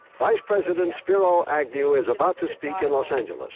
vice president spiro agnew is about to speak in los angeles